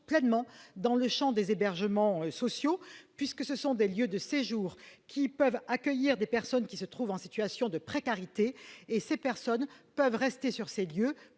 pleinement dans le champ des hébergements sociaux puisque ce sont des lieux de séjour qui peuvent accueillir des personnes en situation de précarité et que celles-ci peuvent rester sur ces lieux